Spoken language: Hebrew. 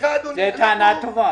זאת טענה טובה.